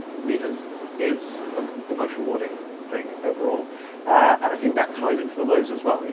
leaders is the the most rewarding thing overall and i think that ties into the lows as well.